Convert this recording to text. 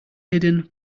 hidden